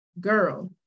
girl